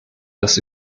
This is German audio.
dass